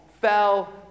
fell